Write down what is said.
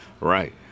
Right